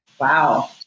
Wow